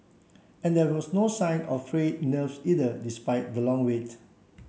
and there was no sign of frayed nerves either despite the long wait